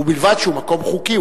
ובלבד שהוא מקום חוקי.